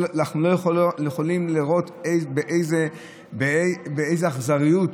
אנחנו לא יכולים לראות באיזו אכזריות